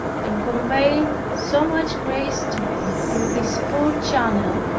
and conveyed so much grace to him through this poor channel,